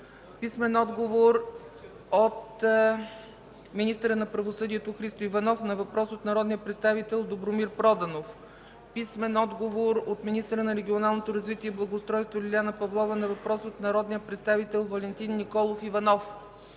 Богданов; - министъра на правосъдието Христо Иванов на въпрос от народния представител Добромир Проданов; - министъра на регионалното развитие и благоустройството Лиляна Павлова на въпрос от народния представител Валентин Николов Иванов;